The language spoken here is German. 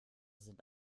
sind